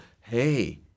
hey